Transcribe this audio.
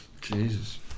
Jesus